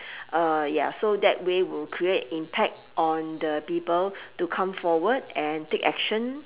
uh ya so that way we'll create impact on the people to come forward and take action